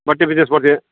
ಬಟ್ಟೆ ಬಿಸ್ನೆಸ್ ಮಾಡ್ತೀವಿ